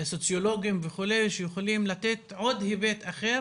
סוציולוגים וכו', שיכולים לתת עוד היבט אחר